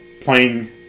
playing